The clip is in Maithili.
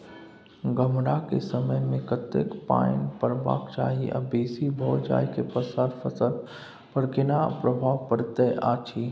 गम्हरा के समय मे कतेक पायन परबाक चाही आ बेसी भ जाय के पश्चात फसल पर केना प्रभाव परैत अछि?